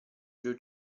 joe